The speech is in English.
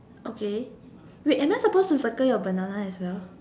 okay wait am I supposed to circle your banana as well